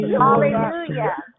Hallelujah